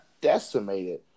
decimated